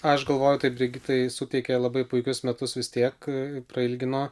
aš galvoju taip brigitai suteikė labai puikius metus vis tiek prailgino